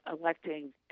electing